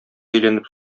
әйләнеп